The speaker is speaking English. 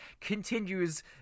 continues